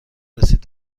رسید